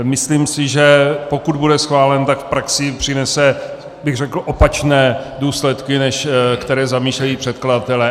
Myslím si, že pokud bude schválen, tak v praxi přinese, bych řekl, opačné důsledky, než které zamýšlejí předkladatelé.